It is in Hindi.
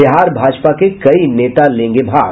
बिहार भाजपा के कई नेता लेंगे भाग